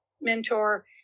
mentor